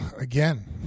again